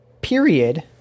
period